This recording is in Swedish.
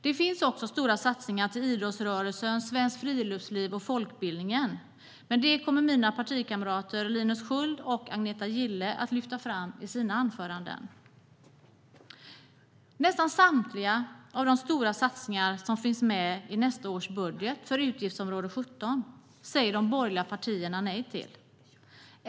Det finns också stora satsningar på idrottsrörelsen, svenskt friluftsliv och folkbildningen, men det kommer mina partikamrater Linus Sköld och Agneta Gille att lyfta fram i sina anföranden. Nästan samtliga de stora satsningar som finns med i nästa års budget för utgiftsområde 17 säger de borgerliga partierna nej till.